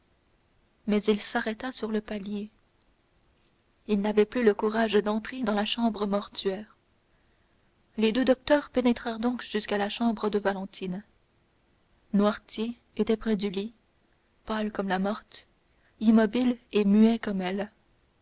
mais il s'arrêta sur le palier il n'avait plus le courage d'entrer dans la chambre mortuaire les deux docteurs pénétrèrent donc seuls jusqu'à la chambre de valentine noirtier était près du lit pâle comme la morte immobile et muet comme elle